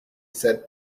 said